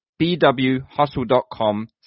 bwhustle.com